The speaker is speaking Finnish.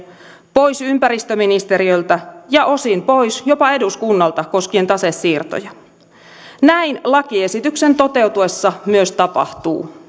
pois ympäristöministeriöltä ja osin pois jopa eduskunnalta koskien tasesiirtoja näin lakiesityksen toteutuessa myös tapahtuu